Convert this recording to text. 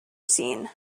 seen